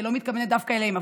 לא מתכוונת דווקא אליהם,